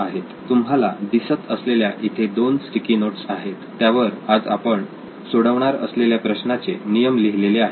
तुम्हाला दिसत असलेल्या इथे दोन स्टिकी नोट्स आहेत त्यावर आज आपण सोडवणार असलेल्या प्रश्नाचे नियम लिहिलेले आहेत